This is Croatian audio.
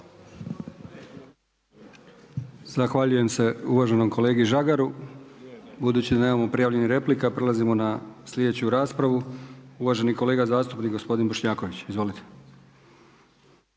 Zahvaljujem se uvaženom kolegi Žagaru. Budući da nemamo prijavljenih replika prelazimo na sljedeću raspravu. Uvaženi kolega zastupnik gospodin Bošnjaković. Izvolite.